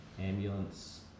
ambulance